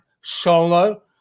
solo